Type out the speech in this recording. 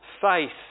faith